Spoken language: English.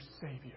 Savior